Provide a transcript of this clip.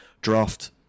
draft